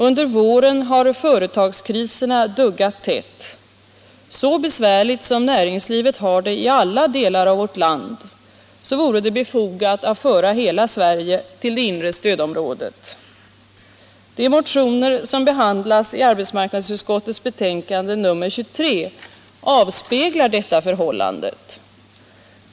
Under våren har företagskriserna duggat tätt. Så besvärligt som näringslivet har det i alla delar av vårt land vore det befogat att föra hela Sverige till det inre stödområdet. De motioner som behandlas i arbetsmarknadsutskottets betänkande nr 23 avspeglar detta förhållande.